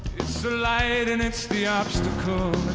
the light and it's the obstacle